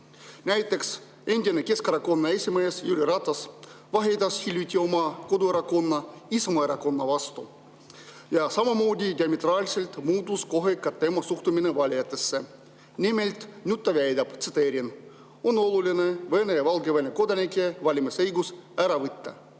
Näiteks endine Keskerakonna esimees Jüri Ratas vahetas hiljuti oma koduerakonna Isamaa Erakonna vastu. Ja samamoodi diametraalselt muutus kohe ka tema suhtumine valijatesse. Nimelt, nüüd ta väidab, tsiteerin: "On oluline Vene ja Valgevene kodanikelt valimisõigus ära võtta."